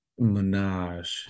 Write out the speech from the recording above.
Minaj